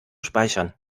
speichern